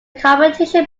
competition